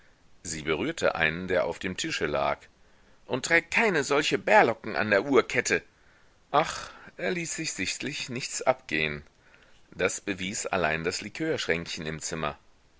sie berührte einen der auf dem tische lag und trägt keine solche berlocken an der uhrkette ach er ließ sich sichtlich nichts abgehen das bewies allein das likörschränkchen im zimmer